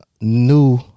new